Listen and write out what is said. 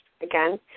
again